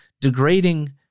degrading